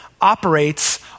operates